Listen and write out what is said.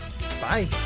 bye